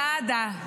סעדה,